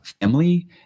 family